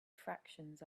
fractions